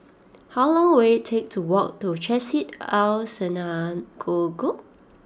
how long will it take to walk to Chesed El Synagogue